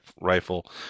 rifle